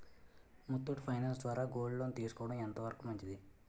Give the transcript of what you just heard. Muthoot finance ద్వారా gold loan తీసుకోవడం ఎంత వరకు మంచిది?